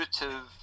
intuitive